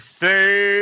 say